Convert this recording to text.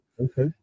Okay